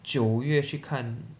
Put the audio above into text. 九月去看